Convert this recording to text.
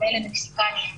בדומה למקסיקני,